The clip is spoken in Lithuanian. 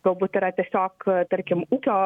galbūt yra tiesiog tarkim ūkio